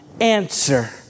answer